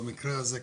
במקרה הזה,